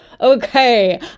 Okay